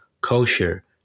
kosher